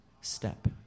step